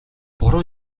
буруу